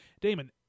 damon